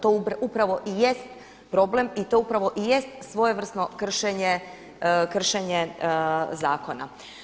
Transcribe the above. To upravo i jest problem i to upravo i jest svojevrsno kršenje zakona.